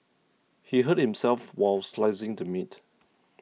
he hurt himself while slicing the meat